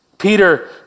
Peter